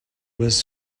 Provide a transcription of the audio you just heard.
was